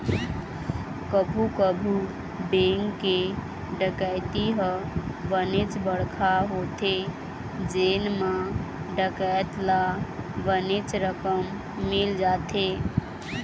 कभू कभू बेंक के डकैती ह बनेच बड़का होथे जेन म डकैत ल बनेच रकम मिल जाथे